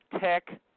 Tech